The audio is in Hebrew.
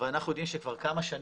אבל אנחנו יודעים שכבר כמה שנים,